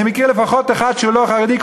אני מכיר לפחות אחד שהוא לא חרדי,